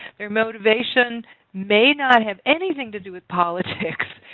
their motivations may not have anything to do with politics.